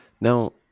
now